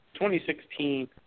2016